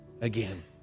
again